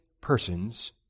persons